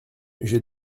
j’ai